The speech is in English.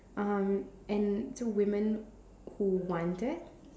um and so women who wanted